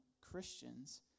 Christians